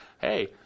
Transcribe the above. Hey